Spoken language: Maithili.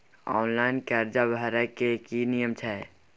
ऑनलाइन कर्जा भरै के की नियम छै?